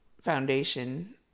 foundation